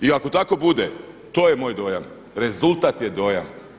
I ako tako bude to je moj dojam, rezultat je dojam.